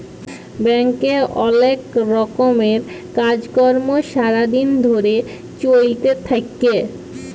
ব্যাংকে অলেক রকমের কাজ কর্ম সারা দিন ধরে চ্যলতে থাক্যে